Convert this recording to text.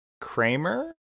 Kramer